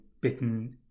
bitten